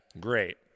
Great